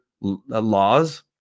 laws